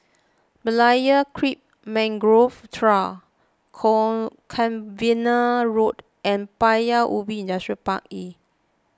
Berlayer Creek Mangrove Trail Cavenagh Road and Paya Ubi Industrial Park E